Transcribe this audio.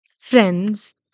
Friends